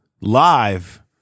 live